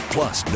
Plus